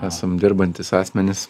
esam dirbantys asmenys